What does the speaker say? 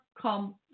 come